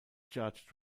charged